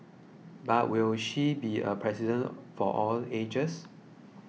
but will she be a president for all ages